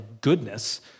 goodness